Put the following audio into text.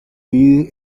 divide